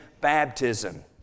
baptism